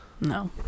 No